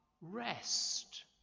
rest